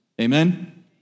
Amen